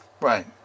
Right